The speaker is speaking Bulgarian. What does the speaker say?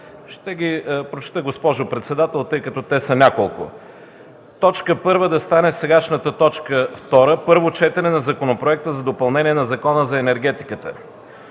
Ще ги прочета, госпожо председател, тъй като те са няколко. Точка първа да стане сегашната точка втора – Първо четене на Законопроекта за допълнение на Закона за енергетиката.